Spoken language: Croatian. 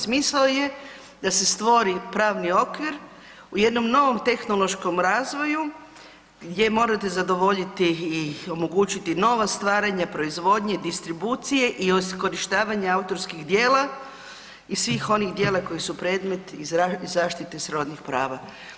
Smisao je da se stvori pravni okvir u jednom novom tehnološkom razvoju gdje morate zadovoljiti i omogućiti nova stvaranja proizvodnje i distribucije i iskorištavanja autorskih djela i svih onih dijela koji su predmet i zaštite srodnih prava.